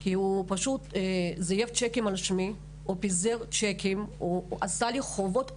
כי הוא פשוט זייף צ'קים על שמי ופיזר צ'קים והוא עשה לי חובות אדירים,